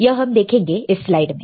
यह हम देखेंगे इस स्लाइड में